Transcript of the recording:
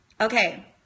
Okay